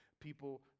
people